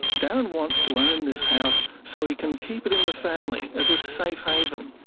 darren wants to own this house so he can keep it in the family, as a safe haven.